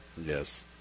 Yes